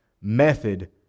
method